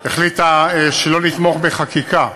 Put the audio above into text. החליטה שלא לתמוך בחקיקה.